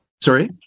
Sorry